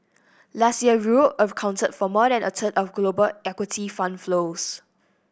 last year Europe accounted for more than a third of global equity fund flows